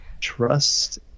Trust